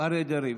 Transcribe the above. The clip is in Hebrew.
אריה דרעי.